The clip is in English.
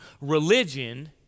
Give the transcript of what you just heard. religion